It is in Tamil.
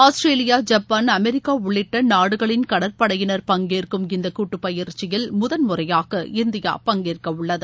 ஆஸ்திரேலியா ஜப்பான் அமெரிக்கா உள்ளிட்ட நாடுகளின் கடற்படையினர் பங்கேற்கும் இந்த கூட்டுப்பயிற்சியில் முதன்முறையாக இந்தியா பங்கேற்க உள்ளது